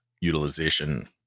utilization